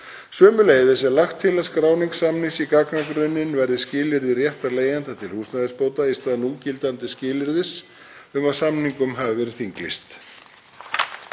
Sömuleiðis er lagt til að skráning samnings í gagnagrunninn verði skilyrði réttar leigjanda til húsnæðisbóta í stað núgildandi skilyrðis um að samningum hafi verið þinglýst.